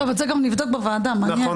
טוב, את זה גם נבדוק בוועדה, מעניין.